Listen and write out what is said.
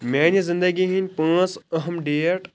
میٛانہِ زنٛدگی ہٕنٛدۍ پٲنٛژ أہم ڈیٹ